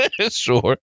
Sure